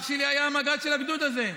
אח שלי היה המג"ד של הגדוד הזה.